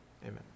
amen